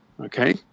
Okay